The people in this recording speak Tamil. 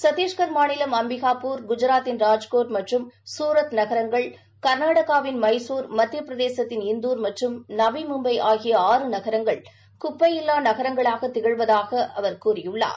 சத்திஷ்கள் மாநிலம் அம்பிகாபூர் குஜராத்தின் ராஜ்கோட் மற்றும் சூரத் நகரங்கள் கா்நாடகாவின் மைகுர் மத்திய பிரதேசத்தின் இந்தார் மற்றும் நவி மும்பை ஆகிய ஆறு நகரங்கள் குப்பை இல்லா நகரங்களாக திகழ்வதாகக் கூறினார்